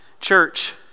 Church